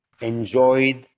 enjoyed